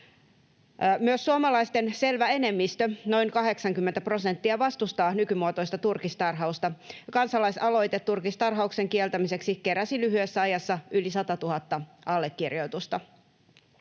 Myös suomalaisten selvä enemmistö, noin 80 prosenttia, vastustaa nykymuotoista turkistarhausta. Kansalaisaloite turkistarhauksen kieltämiseksi keräsi lyhyessä ajassa yli 100 000 allekirjoitusta.